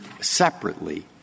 separately